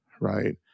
Right